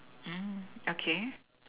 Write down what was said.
mm okay